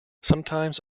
sometimes